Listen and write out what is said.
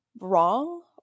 wrong